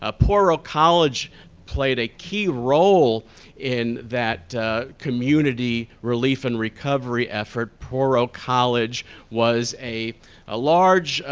ah portal college played a key role in that community relief and recovery effort. portal college was a a large,